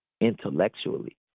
intellectually